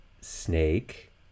Snake